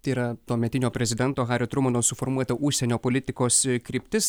tai yra tuometinio prezidento hario trumano suformuota užsienio politikos kryptis